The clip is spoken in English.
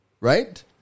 right